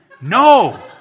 No